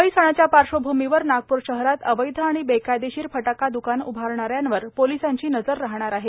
दिवाळी सणाच्या पार्श्वभूमीवर नागपूर शहरात अवैध आणि बेकायदेशीर फटाका दुकान उभारणाऱ्यावर पोलिसांची नजर राहणार आहे